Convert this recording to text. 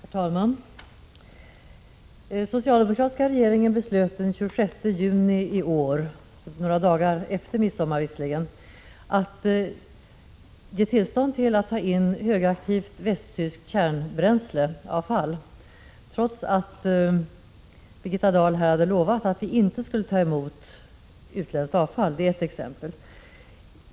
Herr talman! Den socialdemokratiska regeringen beslöt den 26 juni i år, några dagar efter midsommar visserligen och inte före, att ge tillstånd till att föra in högaktivt västtyskt kärnbränsleavfall, trots att Birgitta Dahl här hade lovat att vi inte skulle ta emot utländskt avfall. Det är ett exempel.